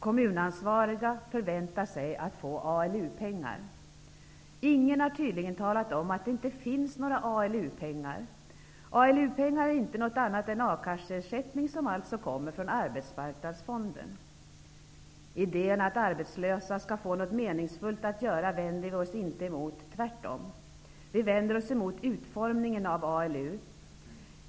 Kommunansvariga förväntar sig att få ALU pengar. Ingen har tydligen talat om att det inte finns några ALU-pengar. ALU-pengar är inte något annat än A-kasseersättning, som alltså kommer från Arbetsmarknadsfonden. Idén att arbetslösa skall få något meningsfullt att göra vänder vi oss inte emot, tvärtom. Vi vänder oss emot utformningen av ALU-verksamheten.